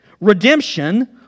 Redemption